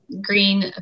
green